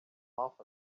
half